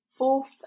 Fourth